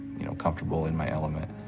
you know, comfortable in my element,